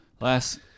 Last